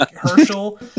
Herschel